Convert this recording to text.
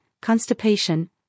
constipation